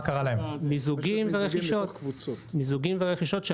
מיזוגים ורכישות,